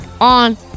on